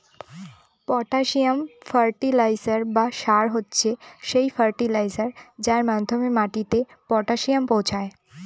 potassium fertiliser বা সার হচ্ছে সেই ফার্টিলাইজার যার মাধ্যমে মাটিতে পটাসিয়াম পৌঁছায়